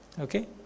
Okay